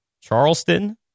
Charleston